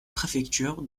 préfecture